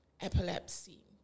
epilepsy